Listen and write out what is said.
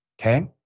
okay